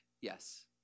yes